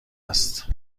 است